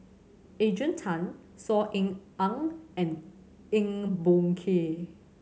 Adrian Tan Saw Ean Ang and Eng Boh Kee